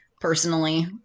personally